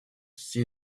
see